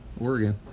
Oregon